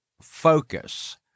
focus